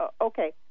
Okay